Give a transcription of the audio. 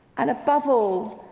and above all,